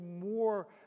more